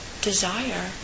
desire